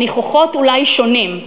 הניחוחות אולי שונים,